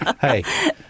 hey